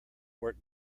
work